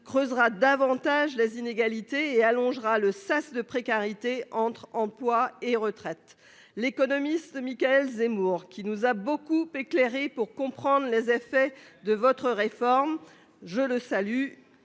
creusera davantage les inégalités et allongera le sas de précarité entre emploi et retraite. L'économiste Michaël Zemmour qui nous a beaucoup éclairé pour comprendre les effets de votre réforme. Je le salue.